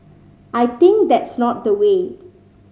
I think that's not the way